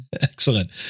Excellent